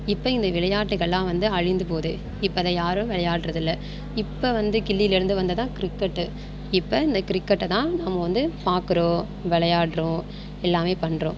இப்போ இந்த விளையாட்டுக்கள்லாம் வந்து அழிந்து போகுது இப்போ அதை யாரும் விளையாட்றதில்ல இப்போ வந்து கில்லிலேருந்து வந்தது தான் கிரிக்கெட்டு இப்போ இந்த கிரிக்கெட்டை தான் நம்ம வந்து பார்க்குறோம் விளையாட்றோம் எல்லாமே பண்ணுறோம்